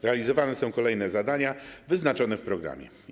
Realizowane są kolejne zadania wyznaczone w programie.